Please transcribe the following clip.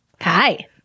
Hi